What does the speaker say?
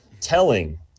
telling